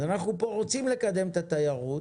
אנחנו פה רוצים לקדם את התיירות